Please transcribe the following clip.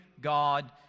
God